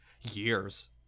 years